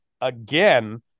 again